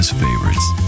favorites